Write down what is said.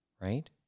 right